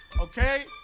okay